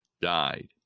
died